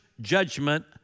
judgment